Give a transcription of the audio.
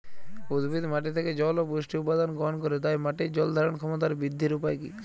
উদ্ভিদ মাটি থেকে জল ও পুষ্টি উপাদান গ্রহণ করে তাই মাটির জল ধারণ ক্ষমতার বৃদ্ধির উপায় কী?